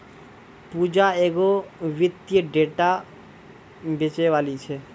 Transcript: पूजा एगो वित्तीय डेटा बेचैबाली छै